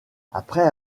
après